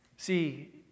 See